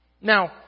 Now